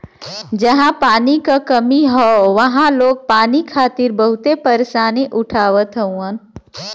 जहां पानी क कमी हौ वहां लोग पानी खातिर बहुते परेशानी उठावत हउवन